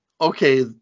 okay